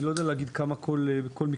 אני לא יודע להגיד כמה כל מקצוע.